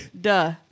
duh